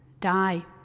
die